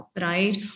right